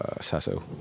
Sasso